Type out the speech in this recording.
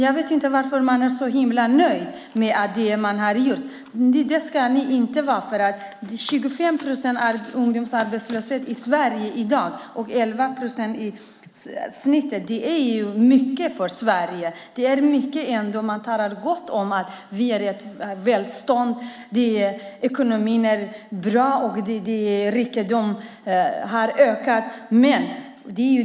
Jag vet inte varför ni, Margareta Pålsson, är så nöjda med det ni har gjort. Det ska ni inte vara, för en ungdomsarbetslöshet på 25 procent och en total arbetslöshet på i genomsnitt 11 procent är mycket. Det talas om att vi har välstånd, ekonomin är bra och rikedomarna har ökat.